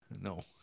no